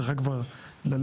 צריכה כבר ללכת.